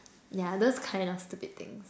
yeah those kind of stupid things